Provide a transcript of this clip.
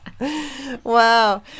Wow